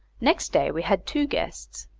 next day we had two guests,